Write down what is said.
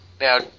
Now